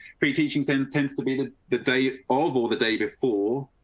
preaching send tends to be the the day of or the day before.